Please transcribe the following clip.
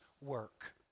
work